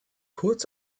kurz